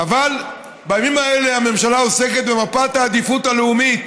אבל בימים האלה הממשלה עוסקת במפת העדיפות הלאומית,